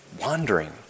wandering